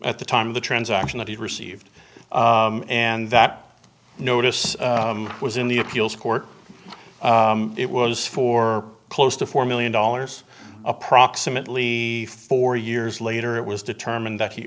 at the time of the transaction that he received and that notice was in the appeals court it was for close to four million dollars approximately four years later it was determined that he